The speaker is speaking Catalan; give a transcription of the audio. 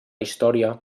història